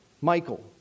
Michael